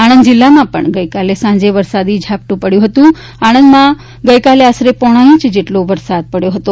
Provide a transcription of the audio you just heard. આણંદ જિલ્લામાં ગઇકાલે સાંજે વરસાદી ઝાપટાં પડયા હતા આણંદમાં ગઇકાલે આશરે પોણા ઇંચ જેટલો વરસાદ પડયો હતો